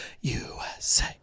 USA